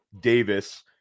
Davis